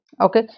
Okay